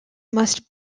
must